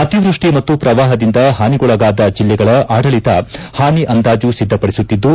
ಅತಿವೃಷ್ಟಿ ಮತ್ತು ಪ್ರವಾಹದಿಂದ ಹಾನಿಗೊಳಗಾದ ಜಿಲ್ಲೆಗಳ ಆಡಳತ ಹಾನಿ ಅಂದಾಜು ಸಿದ್ದ ಪಡಿಸುತ್ತಿದ್ದು